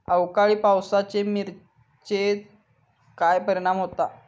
अवकाळी पावसाचे मिरचेर काय परिणाम होता?